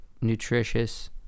nutritious